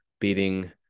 beating